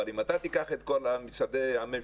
אבל אם אתה תיקח את כל משרדי הממשלה,